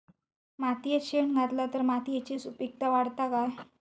मातयेत शेण घातला तर मातयेची सुपीकता वाढते काय?